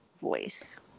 voice